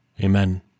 Amen